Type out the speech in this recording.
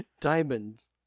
Diamonds